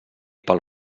pel